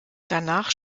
danach